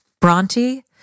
Bronte